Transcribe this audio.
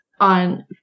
on